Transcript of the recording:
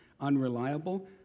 unreliable